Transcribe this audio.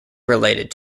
related